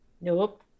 Nope